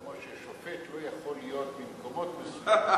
כמו ששופט לא יכול להיות ממקומות מסוימים,